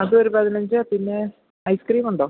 അതൊര് പതിനഞ്ച് പിന്നെ ഐസ്ക്രീമുണ്ടോ